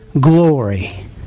glory